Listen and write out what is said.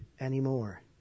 anymore